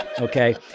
okay